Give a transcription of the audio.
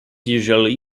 usually